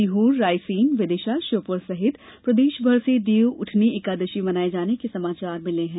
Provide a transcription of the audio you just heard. सीहोर रायसेन विदिशा श्योपुर सहित प्रदेशभर से देव उठनी एकादशी मनाये जाने के समाचार प्राप्त हुए हैं